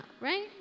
Right